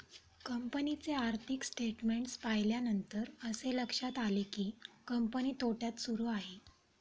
कंपनीचे आर्थिक स्टेटमेंट्स पाहिल्यानंतर असे लक्षात आले की, कंपनी तोट्यात सुरू आहे